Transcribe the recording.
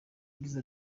yagize